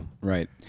Right